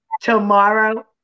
tomorrow